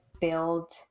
build